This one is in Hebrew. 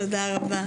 תודה רבה.